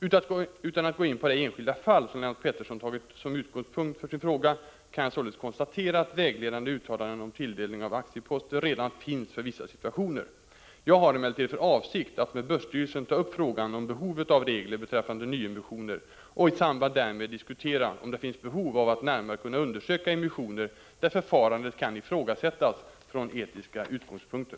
Utan att gå in på det enskilda fall Lennart Pettersson tagit som utgångspunkt för sin fråga kan jag således konstatera att vägledande uttalanden om tilldelning av aktieposter redan finns för vissa situationer. Jag har emellertid för avsikt att med börsstyrelsen ta upp frågan om behovet av regler beträffande nyemissioner och i samband därmed diskutera om det finns behov av att närmare kunna undersöka emissioner där förfarandet kan ifrågasättas från etiska utgångspunkter.